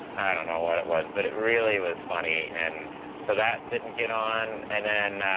i don't know what it was, but it really was funny. and so that didn't get on. and then